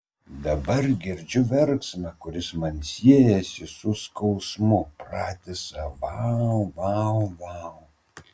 dabar girdžiu verksmą kuris man siejasi su skausmu pratisą vau vau vau